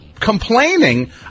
Complaining